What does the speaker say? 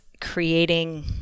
creating